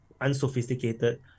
unsophisticated